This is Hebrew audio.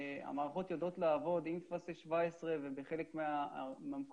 המערכות יודעות לעבוד עם טפסי 17 ובחלק מהמקומות,